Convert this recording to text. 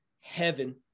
heaven